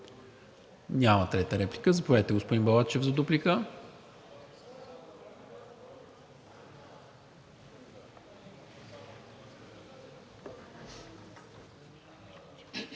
Няма трета реплика. Заповядайте, господин Балачев, за дуплика.